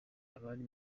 abari